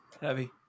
Heavy